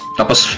tapos